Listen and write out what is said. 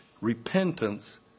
repentance